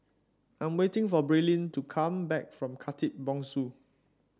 I'm waiting for Braelyn to come back from Khatib Bongsu